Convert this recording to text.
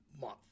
month